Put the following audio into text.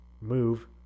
move